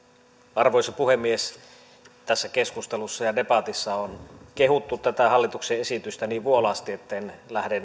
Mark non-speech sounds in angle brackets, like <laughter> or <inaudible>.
arvoisa puhemies tässä keskustelussa ja debatissa on kehuttu tätä hallituksen esitystä niin vuolaasti etten lähde <unintelligible>